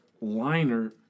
liner